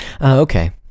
Okay